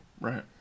Right